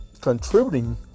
contributing